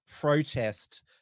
protest